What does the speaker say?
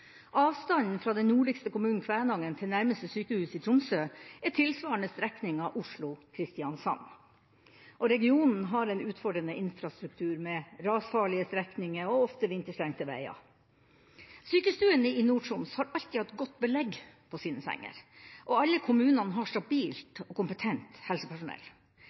Avstanden fra den nordligste kommunen Kvænangen til nærmeste sykehus i Tromsø er tilsvarende strekninga Oslo–Kristiansand, og regionen har en utfordrende infrastruktur med rasfarlige strekninger og ofte vinterstengte veier. Sykestuene i Nord-Troms har alltid hatt godt belegg på sine senger, og alle kommunene har stabilt og kompetent helsepersonell.